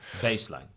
Baseline